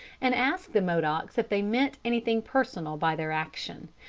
and asked the modocs if they meant anything personal by their action,